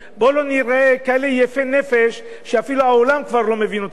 בואו לא ניראה כאלה יפי נפש שאפילו העולם כבר לא מבין אותנו.